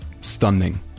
stunning